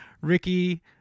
Ricky